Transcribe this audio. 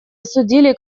осудили